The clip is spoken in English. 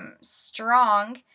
strong